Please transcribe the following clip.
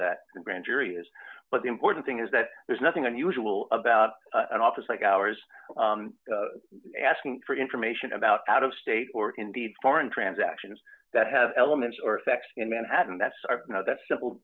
a grand jury is but the important thing is that there's nothing unusual about an office like ours asking for information about out of state or indeed foreign transactions that have elements or effects in manhattan that's